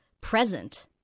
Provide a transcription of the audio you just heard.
present—